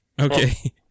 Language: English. Okay